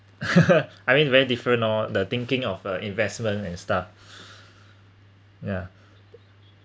I mean very different lor the thinking of um investment and stuff yeah